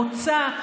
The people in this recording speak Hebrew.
מוצא,